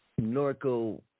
Norco